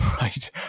Right